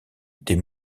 des